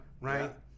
Right